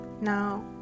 Now